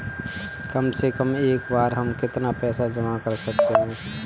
कम से कम एक बार में हम कितना पैसा जमा कर सकते हैं?